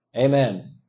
Amen